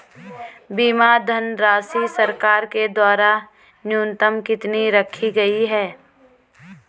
बीमा धनराशि सरकार के द्वारा न्यूनतम कितनी रखी गई है?